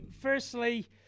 Firstly